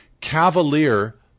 cavalier